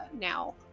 now